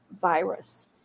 virus